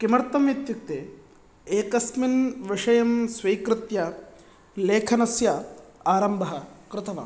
किमर्थम् इत्युक्ते एकस्मिन् विषयं स्वीकृत्य लेखनस्य आरम्भः कृतवान्